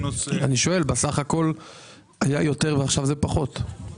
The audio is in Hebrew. אני שואל, בסך הכול היה יותר ועכשיו זה פחות.